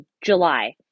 July